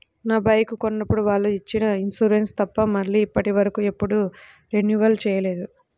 నా బైకు కొన్నప్పుడు వాళ్ళు ఇచ్చిన ఇన్సూరెన్సు తప్ప మళ్ళీ ఇప్పటివరకు ఎప్పుడూ రెన్యువల్ చేయలేదు